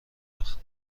وقت